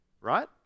Right